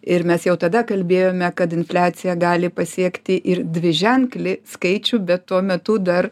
ir mes jau tada kalbėjome kad infliacija gali pasiekti ir dviženklį skaičių bet tuo metu dar